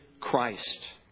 Christ